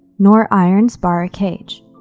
nor irons bar a cage.